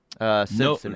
No